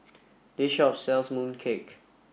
this shop sells mooncake